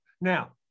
Now